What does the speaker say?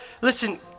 listen